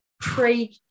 trade